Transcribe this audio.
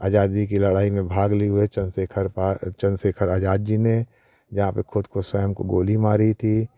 आज़ादी की लड़ाई में भाग लिए हुए चंद्रशेखर पा चंद्रशेखर आज़ाद जी ने जहाँ पर ख़ुद को स्वयं को गोली मारी थी